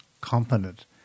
component